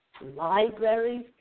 libraries